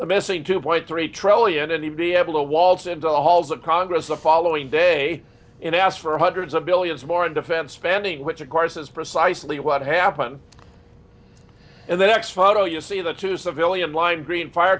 a missing two point three trillion and he'd be able to waltz into the halls of congress the following day and ask for hundreds of billions more in defense spending which of course is precisely what happened and the next photo you'll see the two civilian line green fire